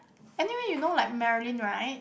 anyway you know like Marilyn right